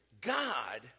God